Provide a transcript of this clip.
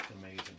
amazing